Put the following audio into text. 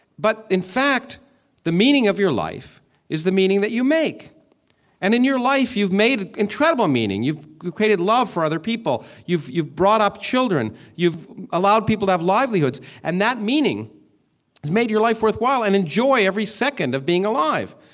but in fact the meaning of your life is the meaning that you make and in your life, you've made incredible meaning. you you created love for other people. you've you've brought up children. you've allowed people to have livelihoods and that meaning has made your life worthwhile and enjoy every second of being alive.